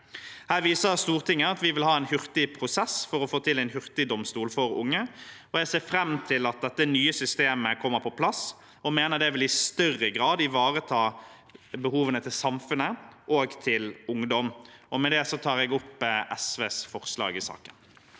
Her viser Stortinget at vi vil ha en hurtig prosess for å få til en hurtigdomstol for unge. Jeg ser fram til at dette nye systemet kommer på plass, og jeg mener det i større grad vil ivareta behovene til samfunnet og til ungdom. Med det tar jeg opp de resterende